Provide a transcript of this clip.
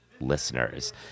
listeners